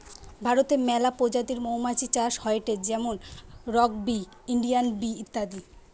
ভারতে মেলা প্রজাতির মৌমাছি চাষ হয়টে যেমন রক বি, ইন্ডিয়ান বি ইত্যাদি